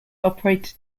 operated